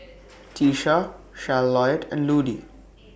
Tisha Charlottie and Ludie